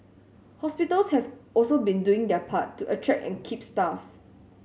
hospitals have also been doing their part to attract and keep staff